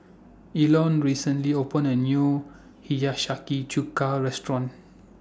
Ilona recently opened A New Hiyashi Chuka Restaurant